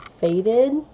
faded